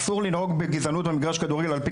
אסור לנהוג בגזענות במגרשי כדורגל על פי